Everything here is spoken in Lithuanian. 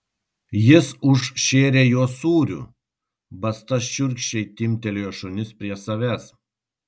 jis užšėrė juos sūriu basta šiurkščiai timptelėjo šunis prie savęs